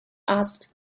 asked